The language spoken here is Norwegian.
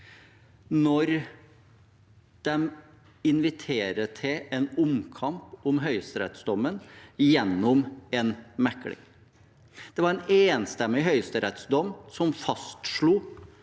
når den inviterer til en omkamp om høyesterettsdommen gjennom en mekling? Det var en enstemmig høyesterettsdom som fastslo